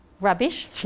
rubbish